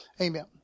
Amen